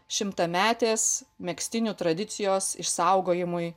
šimtametės megztinių tradicijos išsaugojimui